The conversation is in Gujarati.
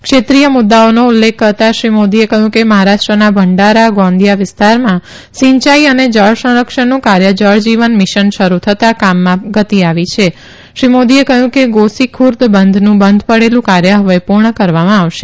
ક્ષેત્રીય મુદ્દાઓનો ઉલ્લેખ કરતાં શ્રી મોદીએ કહ્યું કે મહારાષ્ટ્રના ભંડારા ગોંદિયા વિસ્તારમાં સિંચાઈ અને જળ સંરક્ષણનું કાર્ય જળજીવન મિશન શરૂ થતાં કામમાં ગતિ આવી છે શ્રી મોદીએ કહ્યું કે ગોસીખુર્દ બંધનું બંધ પડેલું કાર્ય હવે પૂર્ણ કરવામાં આવશે